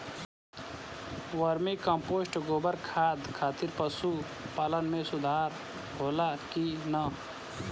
Vermi compost गोबर खाद खातिर पशु पालन में सुधार होला कि न?